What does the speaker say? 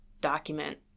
document